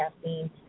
caffeine